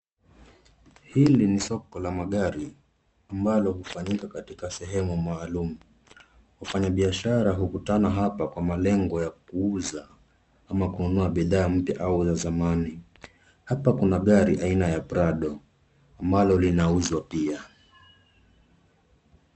Hili ni soko la magari ambalo hufanyika katika sehemu maalum. Wafanyabiashara hukutana hapa kwa malengo ya kuuza ama kunuua bidhaa mpya au la zamani. Hapa kuna gari aina ya prado ambalo linauzwa pia.